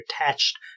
attached